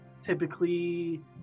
typically